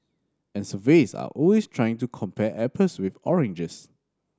and surveys are always trying to compare apples with oranges